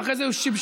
ואחרי זה שיבשו,